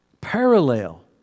parallel